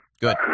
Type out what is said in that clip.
Good